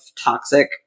toxic